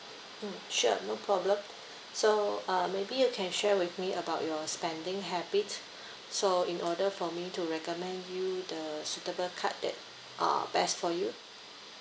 mm sure no problem so uh maybe you can share with me about your spending habit so in order for me to recommend you the suitable card that uh best for you